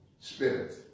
spirit